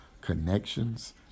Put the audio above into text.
connections